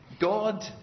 God